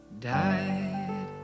died